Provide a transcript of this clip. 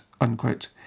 unquote